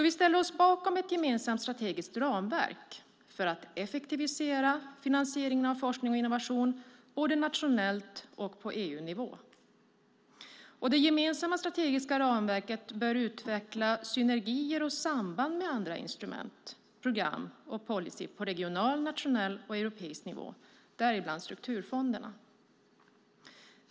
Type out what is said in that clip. Vi ställer oss alltså bakom ett gemensamt strategiskt ramverk för att effektivisera finansieringen av forskning och innovation, både nationellt och på EU-nivå. Det gemensamma strategiska ramverket bör utveckla synergier och samband med andra instrument, program och policyer på regional, nationell och europeisk nivå - däribland strukturfonderna.